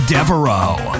Devereaux